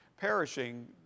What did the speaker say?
perishing